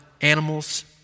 animals